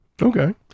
Okay